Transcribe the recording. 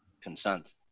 consent